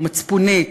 מצפונית,